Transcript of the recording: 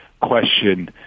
question